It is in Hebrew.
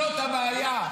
זאת הבעיה.